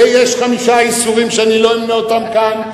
ויש חמישה איסורים שאני לא אמנה אותם כאן,